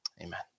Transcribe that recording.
Amen